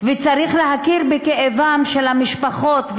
וצריך להכיר בכאבן של המשפחות,